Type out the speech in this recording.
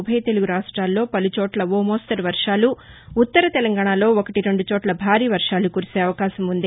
ఉభయ తెలుగు రాష్టాల్లో పలుచోట్ల ఓ మోస్తరు వర్షాలు ఉత్తర తెలంగాణలో ఒకటి రెండు చోట్ల భారీ వర్వాలు కురిసే అవకాశం ఉంది